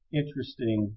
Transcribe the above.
interesting